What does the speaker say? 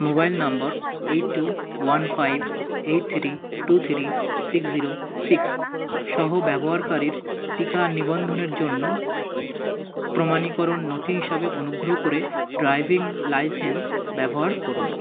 mobile নম্বর eight two one five eight three two three six zero six সহ ব্যবহারকারীর টিকা নিবন্ধনের জন্য প্রমাণীকরণ নথি হিসাবে অনুগ্রহ করে ড্রাইভিং লাইসেন্স ব্যবহার করুন